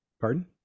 pardon